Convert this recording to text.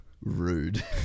Rude